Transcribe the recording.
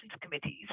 committees